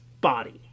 body